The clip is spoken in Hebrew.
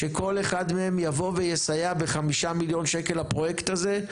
שכל אחד מהם יבוא ויסייע ב-5 מיליון שקלים לפרויקט הזה,